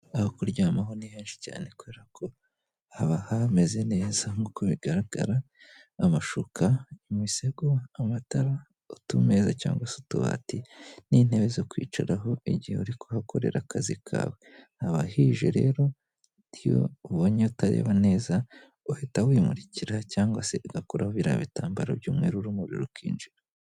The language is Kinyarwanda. Aho kuryamaho ni henshi cyane kubera ko haba hameze neza nk'uko bigaragara . Amashuka ,imisego, amatara, utumeza cyangwa se utubati n'intebe zo kwicaraho igihe uri kuhakorera akazi kawe .Haba hije rero igihe ubonye utareba neza, uhita wimurikira cyangwa se ugakuraho biriya bitambaro by'umweru urumuri rukinjira.